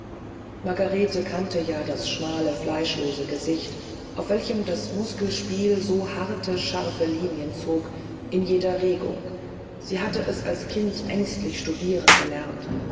margarete kannte ja das schmale fleischlose gesicht auf welchem das muskelspiel so harte scharfe linien zog in jeder regung sie hatte es als kind ängstlich studieren gelernt